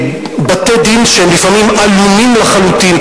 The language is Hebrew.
בתי-דין שהם לפעמים עלומים לחלוטין,